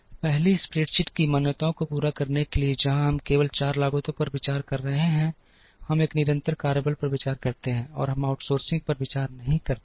पहली स्प्रेडशीट की मान्यताओं को पूरा करने के लिए जहां हम केवल 4 लागतों पर विचार कर रहे हैं हम एक निरंतर कार्यबल पर विचार करते हैं और हम आउटसोर्सिंग पर विचार नहीं करते हैं